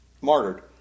martyred